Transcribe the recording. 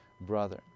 brother